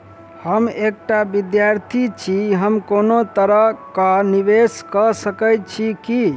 हम एकटा विधार्थी छी, हम कोनो तरह कऽ निवेश कऽ सकय छी की?